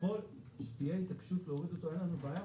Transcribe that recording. ככל שתהיה התעקשות להוריד אותו, אין לנו בעיה.